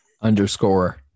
Underscore